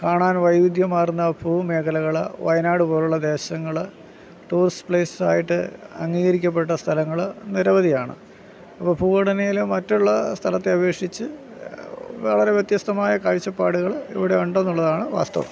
കാണാൻ വൈവിധ്യമാർന്ന ഭൂമേഖലകൾ വയനാട് പോലുള്ള ദേശങ്ങൾ ടൂറിസ്റ്റ് പ്ലെയ്സ് ആയിട്ട് അംഗീകരിക്കപ്പെട്ട സ്ഥലങ്ങൾ നിരവധിയാണ് അപ്പോൾ ഭൂഘടനയിൽ മറ്റുള്ള സ്ഥലത്തെ അപേക്ഷിച്ചു വളരെ വ്യത്യസ്തമായ കാഴ്ചപ്പാട്കൾ ഇവിടെ ഉണ്ടെന്ന് ഉള്ളതാണ് വാസ്തവം